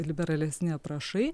liberalesni aprašai